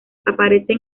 aparecen